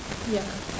ya